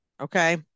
okay